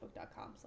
facebook.com